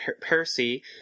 Percy